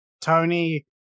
Tony